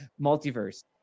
multiverse